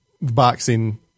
boxing